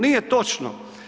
Nije točno.